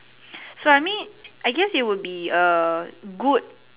so I mean I guess it would be a good